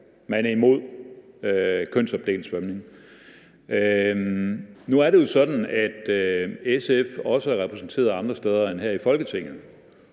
Man er imod kønsopdelt svømning. Nu er det jo sådan, at SF også er repræsenteret andre steder end her i Folketinget.